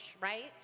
right